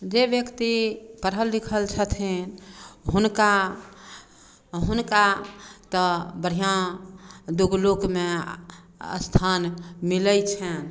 जे ब्यक्ति पढ़ल लिखल छथिन हुनका हुनका तऽ बढ़िआँ दुगो लोकमे स्थान मिलै छनि